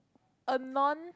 a non